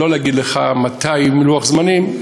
לא להגיד לך מתי ולוח זמנים,